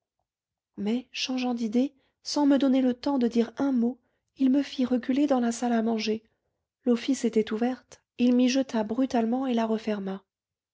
mais changeant d'idée sans me donner le temps de dire un mot il me fit reculer dans la salle à manger l'office était ouverte il m'y jeta brutalement et la referma